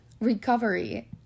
recovery